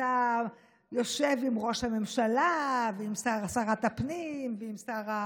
אתה יושב עם ראש הממשלה ועם שרת הפנים ועם שר,